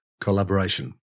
Collaboration